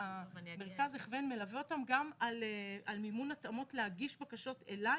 מרכז ההכוון מלווה אותם גם לגבי מימון התאמות להגיש בקשות אלי